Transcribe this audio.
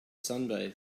sunbathe